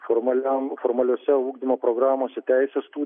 formaliam formaliose ugdymo programose teisės tų